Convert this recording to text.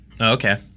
Okay